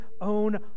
own